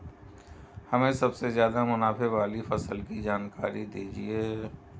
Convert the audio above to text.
हमें सबसे ज़्यादा मुनाफे वाली फसल की जानकारी दीजिए